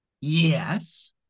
Yes